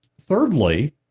thirdly